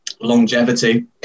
longevity